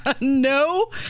No